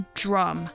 drum